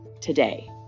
today